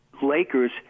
Lakers